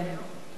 זה היה נפלא.